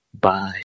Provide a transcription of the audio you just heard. Bye